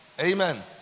Amen